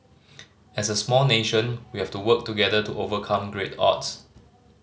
as a small nation we have to work together to overcome great odds